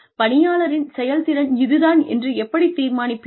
பணியாளரின் செயல்திறன் இதுதான் என்று எப்படித் தீர்மானிப்பீர்கள்